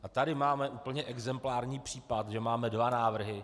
A tady máme úplně exemplární případ, že máme dva návrhy.